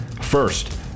First